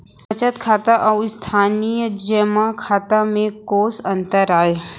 बचत खाता अऊ स्थानीय जेमा खाता में कोस अंतर आय?